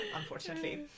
unfortunately